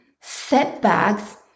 setbacks